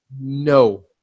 No